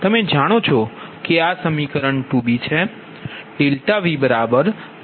તમે જાણો છો કે સમીકરણ 2 bVZBUSCf છે